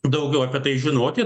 daugiau apie tai žinoti